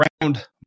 round